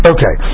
Okay